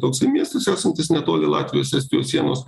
toksai miestas esantis netoli latvijos estijos sienos